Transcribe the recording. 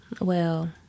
Well